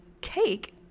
cake